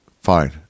Fine